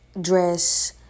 dress